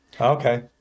Okay